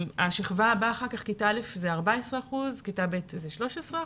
השכבה הבאה זה כיתה א' 14%, כיתה ב' 13%,